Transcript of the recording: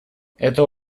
это